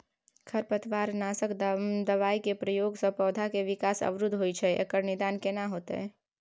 खरपतवार नासक दबाय के प्रयोग स पौधा के विकास अवरुध होय छैय एकर निदान केना होतय?